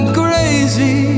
crazy